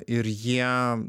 ir jie